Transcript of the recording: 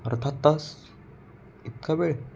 अर्धा तास इतका वेळ